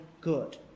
good